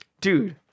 Dude